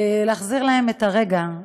להחזיר להם את הרגע,